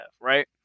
right